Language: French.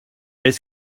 est